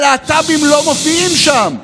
הלהט"בים לא מופיעים שם,